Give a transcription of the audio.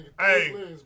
Hey